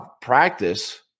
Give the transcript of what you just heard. practice